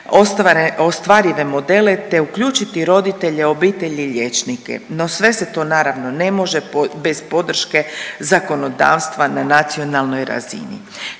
ostvarive modele te uključiti roditelje, obitelj i liječnike, no sve se to naravno ne može bez podrške zakonodavstva na nacionalnoj razini.